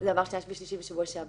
זה עבר בקריאה שלישית בשבוע שעבר.